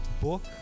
book